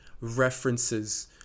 references